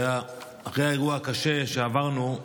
אחרי האירוע הקשה שעברנו,